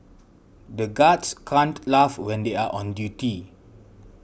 the guards can't laugh when they are on duty